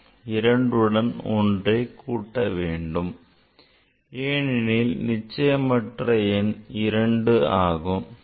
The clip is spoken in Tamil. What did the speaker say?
எண் 2 உடன் 1 ஐ கூட்ட வேண்டும் ஏனெனில் நிச்சயமற்ற எண் 2 ஆகும்